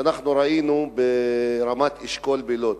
מה שראינו ברמת-אשכול בלוד.